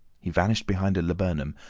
he vanished behind a laburnum,